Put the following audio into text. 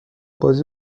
بازی